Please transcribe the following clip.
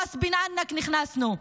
ראס בין ענכ נכנסנו.